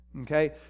okay